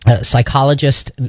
psychologist